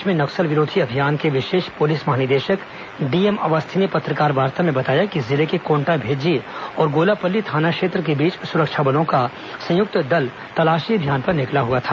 प्रदेश में नक्सल विरोधी अभियान के विशेष पुलिस महानिदेशक डीएम अवस्थी ने पत्रकारवार्ता में बताया कि जिले के कोंटा भेज्जी और गोलापल्ली थाना क्षेत्र के बीच सुरक्षा बलों का संयुक्त दल तलाशी अभियान पर निकला था